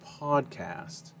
podcast